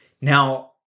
now